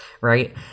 right